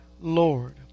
Lord